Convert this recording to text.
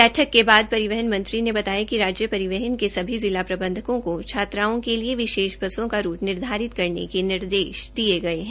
बैठक के बाद परिवहन मंत्री ने बतायाकि राज्य परिवहन के सभी जिला प्रबंधकों को छात्राओं के लिए विशेष बसों का रूट निर्धारित करने के निर्देश दे दिये गये है